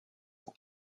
ans